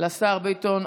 עברו לשר ביטון.